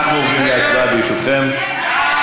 אנחנו עוברים להצבעה, ברשותכם.